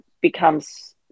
becomes